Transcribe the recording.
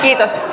kiitos